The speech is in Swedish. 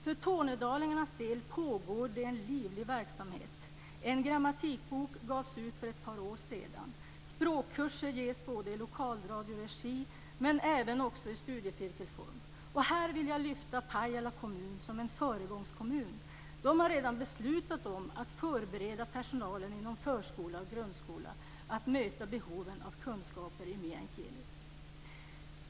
För tornedalingarnas del pågår det en livlig verksamhet. En grammatikbok gavs ut för ett par år sedan. Språkkurser ges både i lokalradioregi och i studiecirkelform. Här vill jag lyfta fram Pajala kommun som en föregångskommun. Den har redan beslutat att förbereda personalen inom förskola och grundskola för att möta behoven av kunskaper i meänkieli.